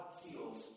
heals